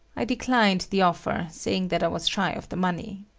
i declined the offer saying that i was shy of the money.